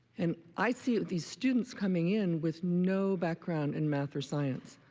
and i see these students coming in with no background in math or science,